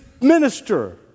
minister